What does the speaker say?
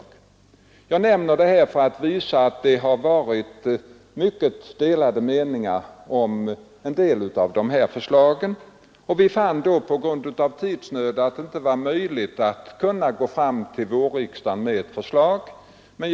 Vi får inte glömma bort att så sent som för ett år sedan, när vi diskuterade dessa frågor i kammaren, hade både folkpartiet och centern överbud när det gällde bostadsramarna.